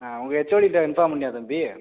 ஆ உங்கள் ஹெச்ஓடிக்கிட்ட இன்ஃபார்ம் பண்ணியா தம்பி